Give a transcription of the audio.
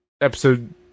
episode